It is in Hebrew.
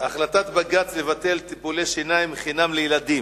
בג"ץ לבטל טיפולי שיניים חינם לילדים,